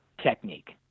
technique